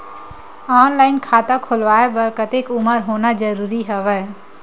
Online खाता खुलवाय बर कतेक उमर होना जरूरी हवय?